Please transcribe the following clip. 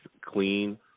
clean